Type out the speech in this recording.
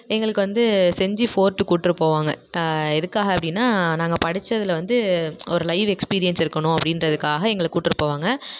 எங்களுக்கு வந்து செஞ்சி ஃபோர்ட் கூட்ரு போவாங்க எதுக்காக அப்படின்னா நாங்கள் படிச்சதில் வந்து ஒரு லைவ் எக்ஸ்பீரியன்ஸ் இருக்கணும் அப்படின்றதுக்காக எங்களை கூட்ரு போவாங்க